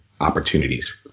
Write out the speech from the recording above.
opportunities